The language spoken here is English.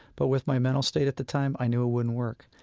but with my mental state at the time, i knew it wouldn't work.